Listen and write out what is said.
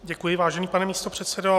Děkuji, vážený pane místopředsedo.